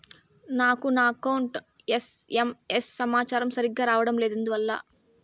నాకు నా account SMS సమాచారము సరిగ్గా రావడం లేదు ఎందువల్ల?